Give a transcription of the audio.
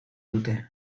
dute